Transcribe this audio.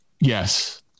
Yes